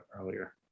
earlier